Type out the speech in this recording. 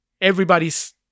Everybody's